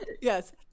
Yes